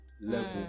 level